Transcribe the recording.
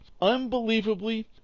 Unbelievably